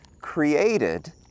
created